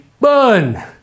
burn